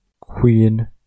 Queen